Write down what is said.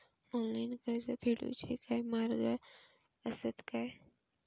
Online कर्ज फेडूचे काय मार्ग आसत काय?